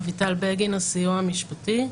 אביטל בגין, מהסיוע המשפטי,